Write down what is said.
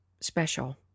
special